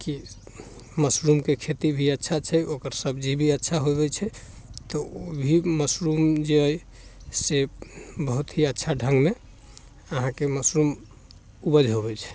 कि मशरूमके खेती भी अच्छा छै ओकर सब्जी भी अच्छा होबै छै तऽ ओ भी मशरूम जे अइ से बहुत ही अच्छा ढङ्गमे अहाँके मशरूम उपज होबै छै